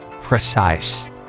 precise